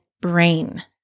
brain